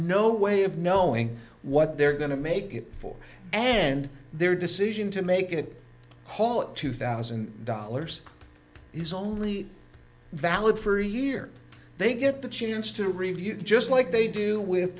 no way of knowing what they're going to make it for and their decision to make a haul two thousand dollars is only valid for a year they get the chance to review just like they do with